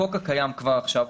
החוק הקיים כבר עכשיו,